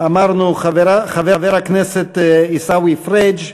חבר הכנסת עיסאווי פריג',